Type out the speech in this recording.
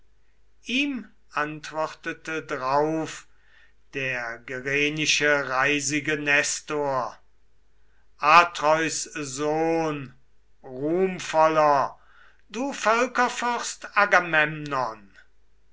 ihm antwortete drauf der gerenische reisige nestor atreus sohn ruhmvoller du